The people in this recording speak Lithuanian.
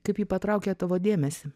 kaip ji patraukė tavo dėmesį